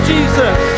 Jesus